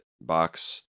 box